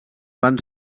van